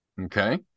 Okay